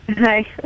Hi